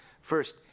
First